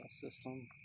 system